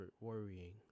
worrying